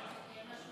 בעד.